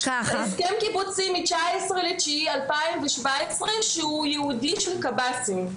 הסכם קיבוצי מ-19.9.2017 שהוא ייעודי של קב"סים.